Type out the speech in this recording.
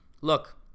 look